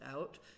out